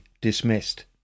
dismissed